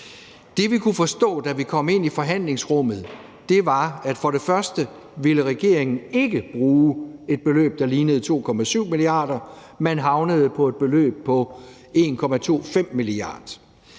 Det, vi kunne forstå, da vi kom ind i forhandlingsrummet, var, at regeringen ikke ville bruge et beløb, der lignede 2,7 mia. kr. Man havnede på et beløb på 1,25 mia. kr.